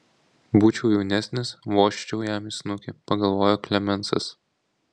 būčiau jaunesnis vožčiau jam į snukį pagalvojo klemensas